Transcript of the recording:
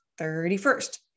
31st